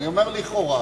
אני אומר לכאורה,